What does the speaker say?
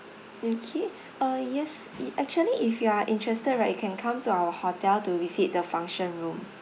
okay uh yes it actually if you are interested right you can come to our hotel to visit the function room